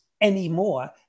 anymore